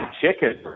chicken